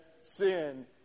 sin